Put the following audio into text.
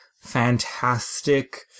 fantastic